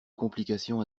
complications